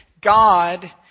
God